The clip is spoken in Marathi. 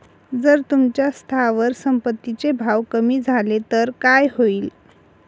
जर तुमच्या स्थावर संपत्ती चे भाव कमी झाले तर काय होईल?